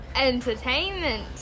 entertainment